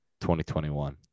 2021